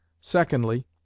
Secondly